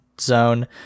zone